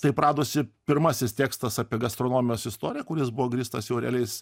taip radosi pirmasis tekstas apie gastronomijos istoriją kur jis buvo grįstas jau realiais